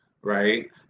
right